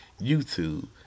YouTube